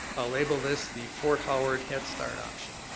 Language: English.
ah label this the fort howard head start option.